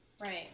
Right